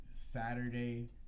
saturday